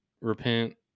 repent